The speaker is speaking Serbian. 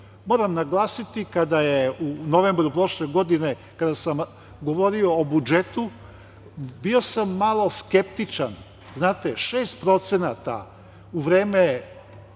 Moram naglasiti kada je u novembru prošle godine, kada sam govorio o budžetu, bio sam malo skeptičan, jer 6% u vreme